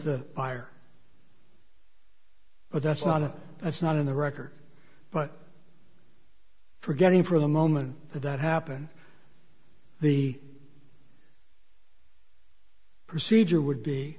buyer but that's not it that's not in the record but forgetting for the moment that happened the procedure would be